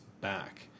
back